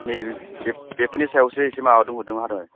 नैबे बे बेफोरनि सायावसो एसे माबानो हरदों आरो